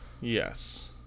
yes